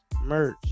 merch